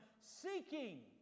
seeking